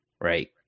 right